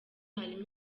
harimo